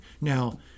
Now